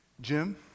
Jim